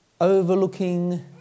overlooking